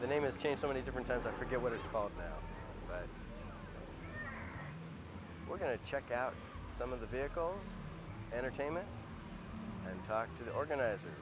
the name is changed so many different times i forget what it's called now but we're going to check out some of the vehicles entertainment and talk to the organizer